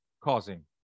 Causing